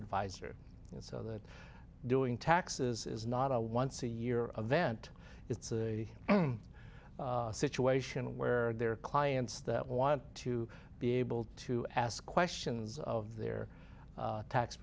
advisor so that doing taxes is not a once a year a vent it's a situation where their clients that want to be able to ask questions of their